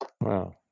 Wow